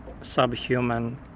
subhuman